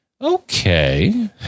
okay